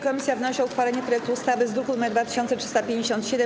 Komisja wnosi o uchwalenie projektu ustawy z druku nr 2357.